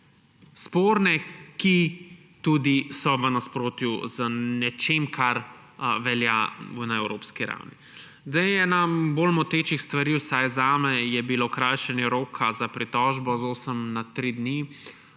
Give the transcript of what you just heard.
sporne, ki tudi so v nasprotju z nečem, kar velja na evropski ravni. Ena bolj motečih stvari, vsaj zame, je bilo krajšanje roka za pritožbo z 8 na 3 dni,